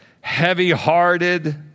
heavy-hearted